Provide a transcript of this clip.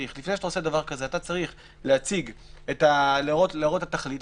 צריך להראות את התכלית,